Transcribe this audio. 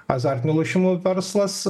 azartinių lošimų verslas